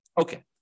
Okay